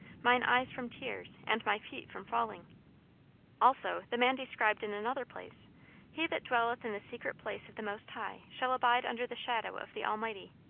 mine eyes from tears, and my feet from falling also the man described in another place he that dwelleth in the secret place of the most high shall abide under the shadow of the almighty